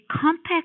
compact